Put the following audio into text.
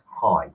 high